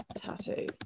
tattoo